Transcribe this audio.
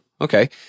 Okay